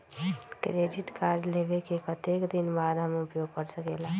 Credit card लेबे के कतेक दिन बाद हम उपयोग कर सकेला?